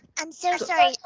i'm so sorry.